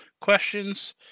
questions